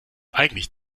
eigentlich